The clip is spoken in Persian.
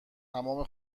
تمام